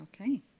okay